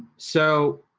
so